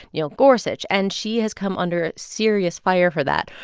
neil gorsuch. and she has come under serious fire for that.